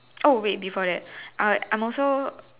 oh wait before that I I'm also